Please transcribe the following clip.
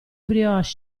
brioche